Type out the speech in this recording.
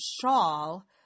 shawl